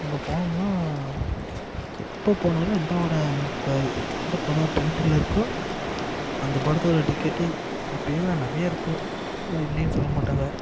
அங்கே போனோம்னா எப்போ போனாலும் எந்த படம் இப்போ எந்த படம் ட்ரெண்ட்டில் இருக்கோ அந்த படத்தோடய டிக்கெட்டு எப்போயுமே நிறைய இருக்கும் இல்லைன்னு சொல்ல மாட்டாங்க